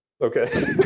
Okay